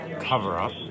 cover-up